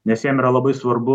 nes jiem yra labai svarbu